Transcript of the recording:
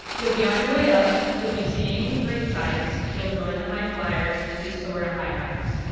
you'll be on your way up. you'll be seeing great sights. you'll join the high fliers who soar to high heights.